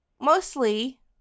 mostly